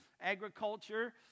agriculture